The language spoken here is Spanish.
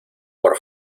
por